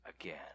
again